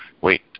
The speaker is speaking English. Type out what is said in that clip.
Wait